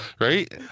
Right